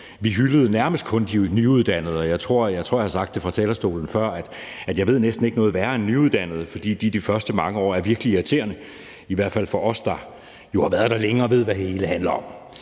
kun hyldede de nyuddannede. Og jeg tror, jeg har sagt fra talerstolen før, at jeg næsten ikke ved noget værre end nyuddannede, fordi de de første mange år er virkelig irriterende, i hvert fald for os, der jo har været der længe og ved, hvad det hele handler om.